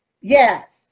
Yes